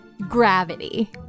Gravity